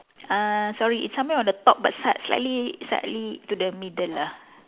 uh sorry it's somewhere on the top but slight slightly slightly to the middle lah